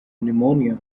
pneumonia